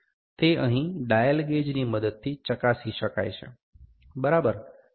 તે અહીં ડાયલ ગેજની મદદથી ચકાસી શકાય છે બરાબર